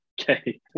okay